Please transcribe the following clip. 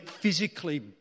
physically